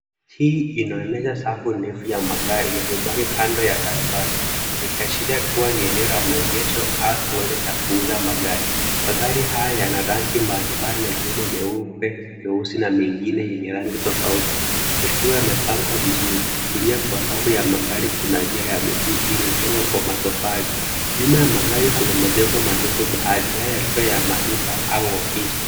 Hii inaonyesha safu ndefu ya magari yaliyobaki kando ya barabara, yakiashiria kuwa ni eneo la maegesho au kiwanja cha kuuza magari. Magari haya yana rangi mbalimbali, yakiwemo meupe, meusi na mengine yenye rangi tofauti, yakiwa yamepangwa vizuri. Kulia kwa safu ya magari, kuna njia ya miguu iliyojengwa kwa matofali. Nyuma ya magari kuna majengo marefu, baadhi yao yakiwa ya maduka au ofisi.